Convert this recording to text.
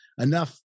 Enough